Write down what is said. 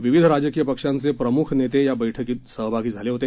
विविध राजकीय पक्षांचे प्रमुख नेते या बैठकीत सहभागी झाले होते